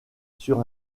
sur